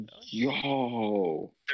Yo